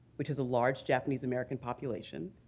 which has a large japanese-american population,